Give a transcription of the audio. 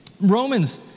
Romans